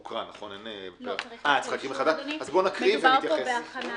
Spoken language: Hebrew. נקריא, ונתייחס.